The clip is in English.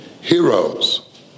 heroes